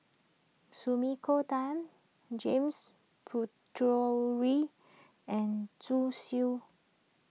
Sumiko Tan James and Zhu Xu